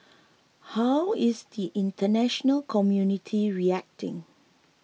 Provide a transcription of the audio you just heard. how is the international community reacting